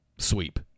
Sweep